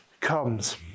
comes